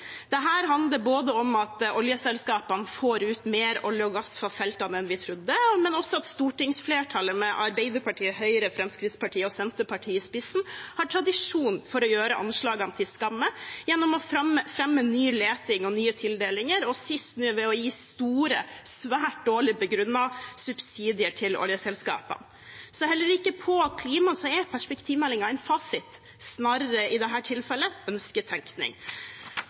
handler om at oljeselskapene får ut mer olje og gass fra feltene enn vi trodde, men også at stortingsflertallet med Arbeiderpartiet, Høyre, Fremskrittspartiet og Senterpartiet i spissen har tradisjon for å gjøre anslagene til skamme gjennom å fremme nye letinger og nye tildelinger og sist nå ved å gi store, svært dårlig begrunnete subsidier til oljeselskapene. Heller ikke på klima er perspektivmeldingen en fasit, snarere – i dette tilfellet – ønsketenkning.